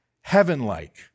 heaven-like